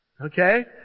Okay